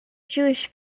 jewish